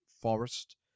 forest